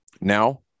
Now